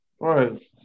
right